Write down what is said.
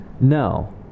no